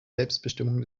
selbstbestimmung